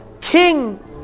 king